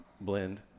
blend